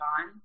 on